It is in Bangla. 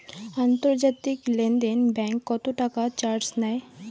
আন্তর্জাতিক লেনদেনে ব্যাংক কত টাকা চার্জ নেয়?